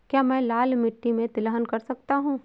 क्या मैं लाल मिट्टी में तिलहन कर सकता हूँ?